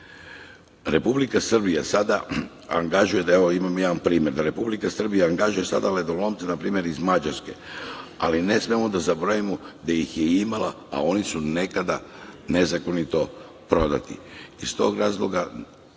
bave. Republika Srbija sada angažuje, evo jedan primer, Republika Srbija angažuje sada ledolomca npr. iz Mađarske, ali ne smemo da zaboravimo da ih je imala, a oni su nekada nezakonito prodati. Iz tog razloga